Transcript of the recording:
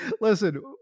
listen